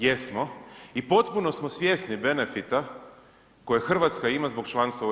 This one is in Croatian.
Jesmo i potpuno smo svjesni benefita koje Hrvatska ima zbog članstva u EU.